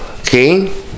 okay